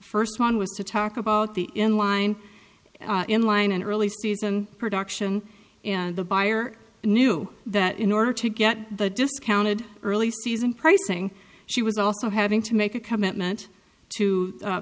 first one was to talk about the in line in line and early season production and the buyer knew that in order to get the discounted early season pricing she was also having to make a commitment to